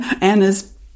Anna's